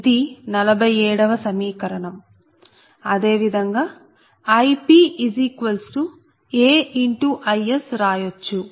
అదే విధంగా IpAIsరాయచ్చు